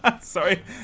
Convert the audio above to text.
Sorry